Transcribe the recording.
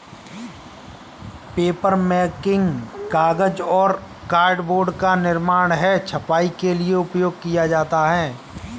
papermaking कागज और cardboard का निर्माण है छपाई के लिए उपयोग किया जाता है